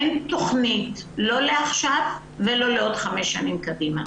אין תכנית לא לעכשיו ולא לעוד 5 שנים קדימה.